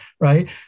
right